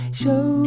show